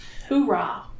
Hoorah